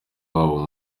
wabo